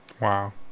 Wow